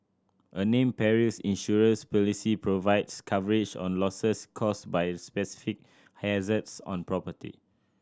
a named perils insurance policy provides coverage on losses caused by specific hazards on property